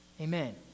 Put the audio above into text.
Amen